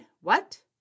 What